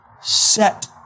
set